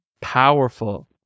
powerful